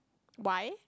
why